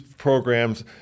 Programs